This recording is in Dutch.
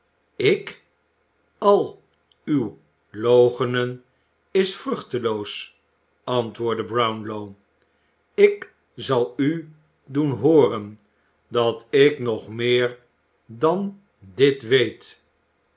ik al uw loochenen is vruchteloos antwoordde brownlow ik zal u doen hooren dat ik nog meer dan dit weet